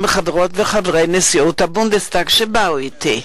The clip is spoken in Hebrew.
חברות וחברי נשיאות הבונדסטאג שבאו אתי.